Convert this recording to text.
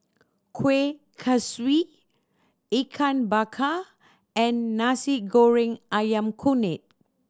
Kuih Kaswi Ikan Bakar and Nasi Goreng Ayam Kunyit